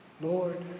Lord